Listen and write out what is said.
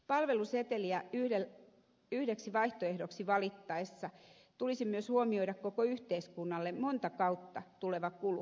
palveluseteliä yhdeksi vaihtoehdoksi valittaessa tulisi myös huomioida koko yhteiskunnalle monta kautta tuleva kulu